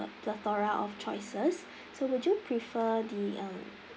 plethora of choices so would you prefer the um